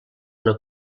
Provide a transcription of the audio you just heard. una